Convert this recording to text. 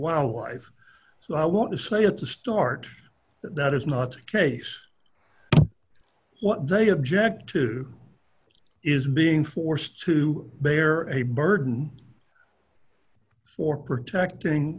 wildlife so i want to say at the start that that is not the case what they object to is being forced to bear a burden for protecting